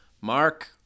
Mark